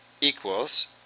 equals